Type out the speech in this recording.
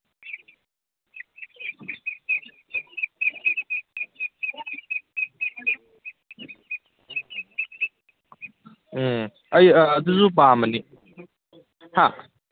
ꯎꯝ ꯑꯩ ꯑꯗꯨꯁꯨ ꯄꯥꯝꯕꯅꯤ ꯍꯥ